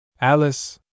Alice